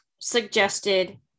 suggested